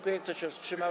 Kto się wstrzymał?